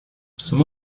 some